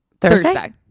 Thursday